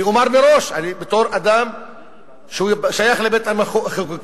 אני אומַר מראש: בתור אדם ששייך לבית-המחוקקים,